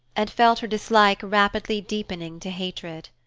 and felt her dislike rapidly deepening to hatred.